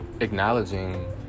acknowledging